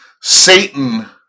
Satan